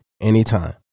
anytime